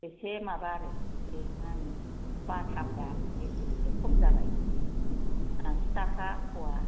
एसे माबा आरो बे मा होनो बाताफ्रा बिसोर एसे खम जाबाय आसिताका फवा